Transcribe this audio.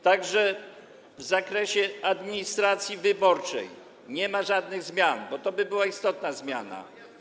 Tak że w zakresie administracji wyborczej nie ma żadnych zmian, bo to by była istotna zmiana.